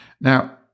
Now